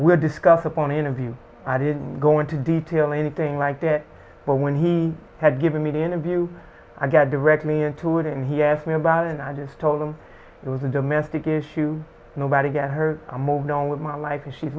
we discuss upon interview i didn't go into detail or anything like that but when he had given me an interview i got directly into it and he asked me about it and i just told him it was a domestic issue nobody get her a move now with my life and she's